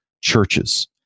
churches